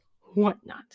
whatnot